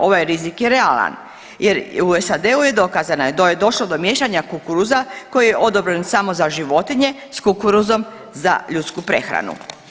Ovaj rizik je realan, jer u SAD-u je dokazano da je došlo do miješanja kukuruza koji je odobren samo za životinje s kukuruzom za ljudsku prehranu.